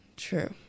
True